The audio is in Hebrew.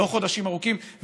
לא חודשים ארוכים,